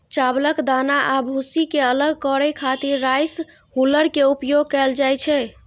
चावलक दाना आ भूसी कें अलग करै खातिर राइस हुल्लर के उपयोग कैल जाइ छै